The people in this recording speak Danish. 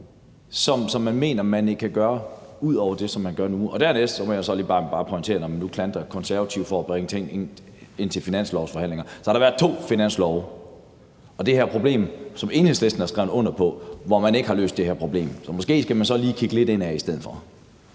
gøre, som man mener man kan gøre, ud over det, som man gør nu? Dernæst må jeg så bare lige pointere, at når man nu klandrer Konservative for at bringe ting ind til finanslovsforhandlingerne, så har der været to finanslove. Og det her er et problem, som Enhedslisten har skrevet under på, og hvor man ikke har løst problemet. Så måske skal man så lige kigge lidt indad i stedet for.